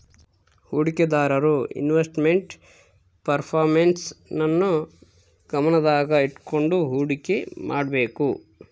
ಹೂಡಿಕೆದಾರರು investment performance ನ್ನು ಗಮನದಾಗ ಇಟ್ಕಂಡು ಹುಡಿಕೆ ಮಾಡ್ಬೇಕು